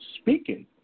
speaking